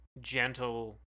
gentle